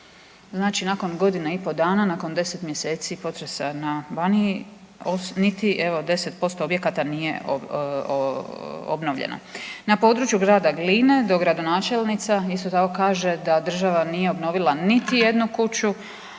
Znači nakon godinu i pol dana nakon 10 mjeseci potresa na Baniji niti evo 10% objekata nije obnovljeno. Na području Grada Gline dogradonačelnica isto tako kaže da država nije obnovila niti jednu kuću,